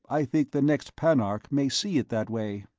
i think the next panarch may see it that way.